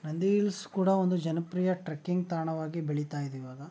Nandi hills ಕೂಡ ಒಂದು ಜನಪ್ರಿಯ ಟ್ರಕ್ಕಿಂಗ್ ತಾಣವಾಗಿ ಬೆಳಿತಾ ಇದೆ ಇವಾಗ